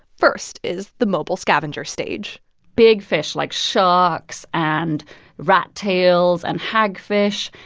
first is the mobile scavenger stage big fish, like sharks and rattails and hagfish,